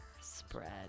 spread